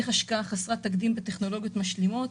צריך השקעה חסרת תקדים בטכנולוגיות משלימות,